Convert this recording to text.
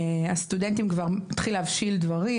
לגבי הסטודנטים כבר התחילו להבשיל דברים,